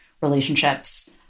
relationships